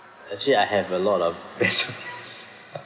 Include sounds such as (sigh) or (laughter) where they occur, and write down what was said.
actually I have a lot of this (laughs)